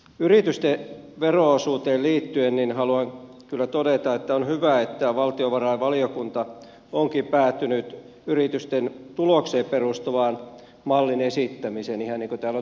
yritysten vero osuuteen liittyen haluan kyllä todeta että on hyvä että valtiovarainvaliokunta onkin päätynyt yritysten tulokseen perustuvan mallin esittämiseen ihan niin kuin täällä on tullut esille